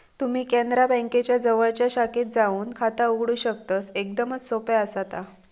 तुम्ही कॅनरा बँकेच्या जवळच्या शाखेत जाऊन खाता उघडू शकतस, एकदमच सोप्या आसा ता